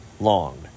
long